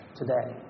today